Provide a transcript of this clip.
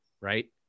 Right